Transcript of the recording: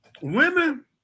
Women